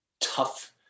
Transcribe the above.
tough